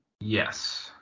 Yes